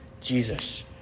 Jesus